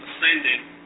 ascending